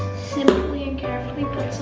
simply and carefully